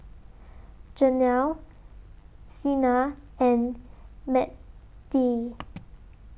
Janel Cena and Mattye